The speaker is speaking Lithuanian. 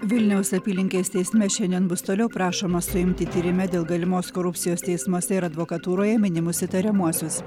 vilniaus apylinkės teisme šiandien bus toliau prašoma suimti tyrime dėl galimos korupcijos teismuose ir advokatūroje minimus įtariamuosius